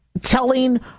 telling